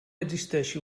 existeixi